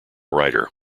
writer